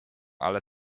ale